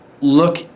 look